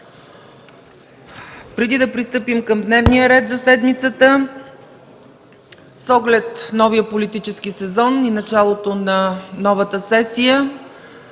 Преди да пристъпим към дневния ред за седмицата, с оглед новия политически сезон и началото на новата сесия,